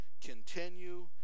Continue